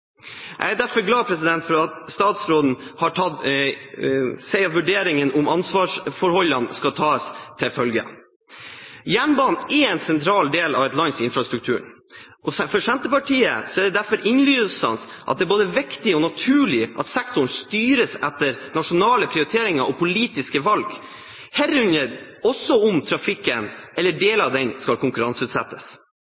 Jeg er derfor glad for at statsråden sier at vurderingene om ansvarsforholdene skal tas til følge. Jernbanen er en sentral del av et lands infrastruktur. For Senterpartiet er det derfor innlysende at det er både viktig og naturlig at sektoren styres etter nasjonale prioriteringer og politiske valg, herunder også om trafikken, eller deler